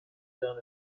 done